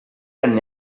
anni